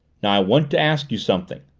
now i want to ask you something,